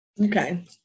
Okay